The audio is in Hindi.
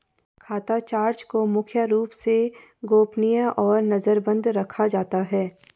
खाता चार्ट को मुख्य रूप से गोपनीय और नजरबन्द रखा जाता है